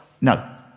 no